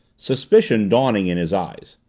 suspicion dawning in his eyes.